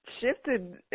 shifted